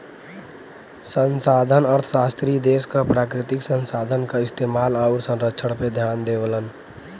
संसाधन अर्थशास्त्री देश क प्राकृतिक संसाधन क इस्तेमाल आउर संरक्षण पे ध्यान देवलन